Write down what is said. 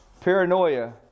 paranoia